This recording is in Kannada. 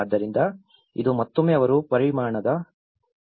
ಆದ್ದರಿಂದ ಇದು ಮತ್ತೊಮ್ಮೆ ಅವರು ಪರಿಮಾಣದ ಬಗ್ಗೆ ಆಗಿದೆ